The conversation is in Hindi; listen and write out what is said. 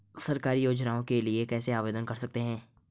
सरकारी योजनाओं के लिए कैसे आवेदन कर सकते हैं?